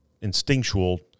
instinctual